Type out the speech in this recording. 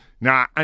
Now